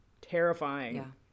terrifying